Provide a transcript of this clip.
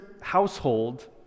household